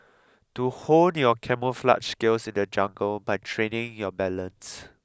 to hone your camouflaged skills in the jungle by training your balance